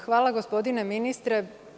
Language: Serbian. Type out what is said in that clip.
Hvala gospodine ministre.